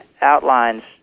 outlines